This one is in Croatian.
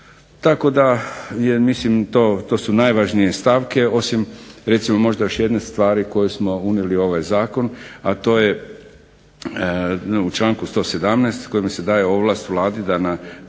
Tako da ja mislim da je su to najvažnije stavke osim jedne stvari koju smo unijeli u ovaj Zakon a to je u članku 117. kojima se daje ovlast vladi da na